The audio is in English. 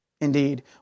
indeed